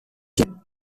jennings